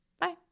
Bye